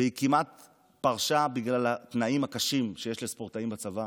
והיא כמעט פרשה בגלל התנאים הקשים שיש לספורטאים בצבא.